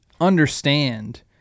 understand